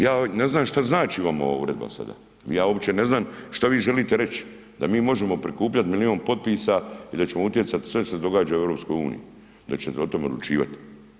Ja ne znam šta znači vama ova uredba sada, ja uopće ne znam što vi želite reći da mi možemo prikupljati milijun potpisa i da ćemo utjecati sve što se događa u EU da ćete o tome odlučivati.